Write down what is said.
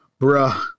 bruh